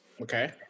Okay